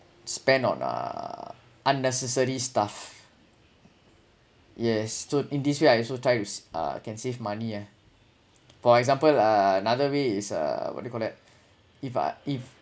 spend on uh unnecessary stuff yes so in this way I also try s~ uh can save money ah for example uh another way is uh what you call that if ah if